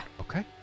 Okay